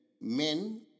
men